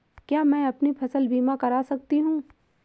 क्या मैं अपनी फसल बीमा करा सकती हूँ?